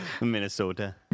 Minnesota